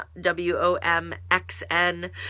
w-o-m-x-n